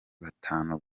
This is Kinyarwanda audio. batanu